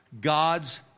God's